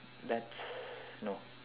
that's no